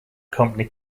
company